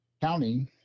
county